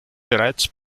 bereits